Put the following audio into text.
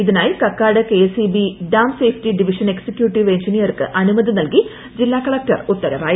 ഇതിനായി Kakkad KSEB dam safety division executive എൻജിനിയർക്ക് അനുമതി നൽകി ജില്ലാ കളക്ടർ ഉത്തരവായി